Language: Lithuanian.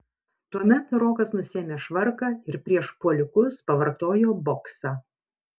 tuomet rokas nusiėmė švarką ir prieš puolikus pavartojo boksą